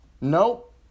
Nope